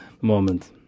moment